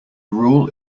rule